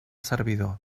servidor